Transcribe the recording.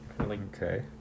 Okay